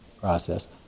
process